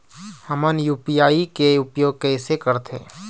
हमन यू.पी.आई के उपयोग कैसे करथें?